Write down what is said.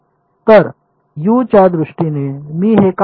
तर यूच्या दृष्टीने मी हे काय लिहू